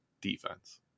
defense